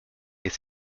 est